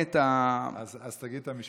אז תגיד את המשפט וזהו.